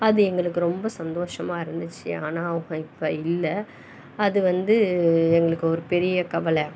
அது எங்களுக்கு ரொம்ப சந்தோஷமாக இருந்துச்சு ஆனால் அவங்க இப்போ இல்லை அது வந்து எங்களுக்கு ஒரு பெரிய கவலை